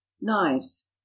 Knives